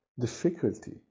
difficulty